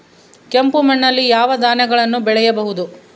ಕೆಂಪು ಮಣ್ಣಲ್ಲಿ ಯಾವ ಧಾನ್ಯಗಳನ್ನು ಬೆಳೆಯಬಹುದು?